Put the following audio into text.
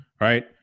right